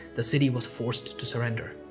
the city was forced to surrender.